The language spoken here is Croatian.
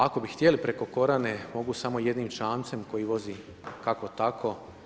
Ako bi htjeli preko Korane, mogu samo jednim čamcem koji vozi kako tako.